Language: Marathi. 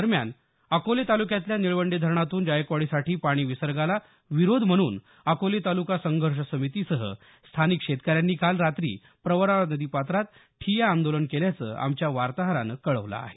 दरम्यान अकोले तालुक्यातल्या निळवंडे धरणातून जायकवाडीसाठी पाणीविसर्गाला विरोध म्हणून अकोले तालुका संघर्ष समितीसह स्थानिक शेतकऱ्यांनी काल रात्री प्रवरा नदीपात्रात ठिय्या आंदोलन केल्याचं आमच्या वार्ताहरानं कळवलं आहे